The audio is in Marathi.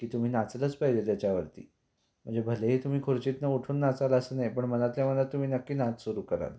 की तुम्ही नाचलंच पाहिजे त्याच्यावरती म्हणजे भलेही तुम्ही खुर्चीतून उठून नाचाल असं नाही पण मनातल्या मनात तुम्ही नक्की नाच सुरू कराल